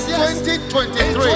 2023